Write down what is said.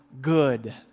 good